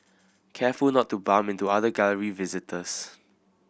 careful not to bump into other Gallery visitors